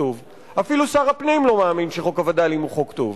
הרוב בכנסת,